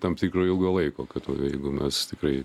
tam tikro ilgo laiko kad jeigu mes tikrai